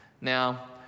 Now